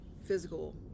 Physical